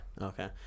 Okay